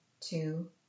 two